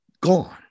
gone